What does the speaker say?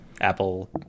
Apple